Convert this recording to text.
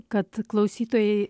kad klausytojai